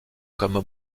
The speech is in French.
comme